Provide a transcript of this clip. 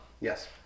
Yes